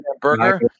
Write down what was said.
Burger